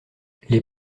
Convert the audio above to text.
les